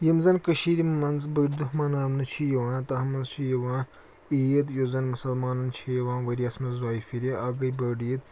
یِم زَن کٔشیٖرِ منٛز بٔڑۍ دۄہ مناونہٕ چھِ یِوان تَتھ منٛز چھِ یِوان عیٖد یُس زَن مُسلمانن چھِ یِوان ؤریَس منٛز دۄیہِ پھِرِ اکھ گٔے بٔڑ عیٖد